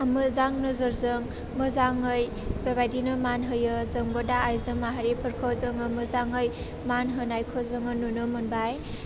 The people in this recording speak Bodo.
मोजां नोजोरजों मोजाङै बेबायदिनो मान होयो जोंबो दा आइजो माहारिफोरखौ जोङो मोजाङै मान होनायखौ जोङो नुनो मोनबाय